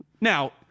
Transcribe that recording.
Now